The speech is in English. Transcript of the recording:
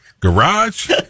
garage